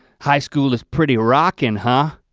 high school is pretty rocking, huh?